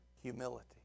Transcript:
Humility